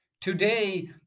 today